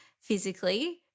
physically